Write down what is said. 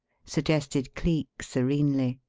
suggested cleek, serenely.